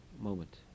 moment